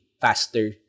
faster